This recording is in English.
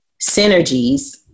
synergies